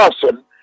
person